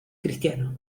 cristiano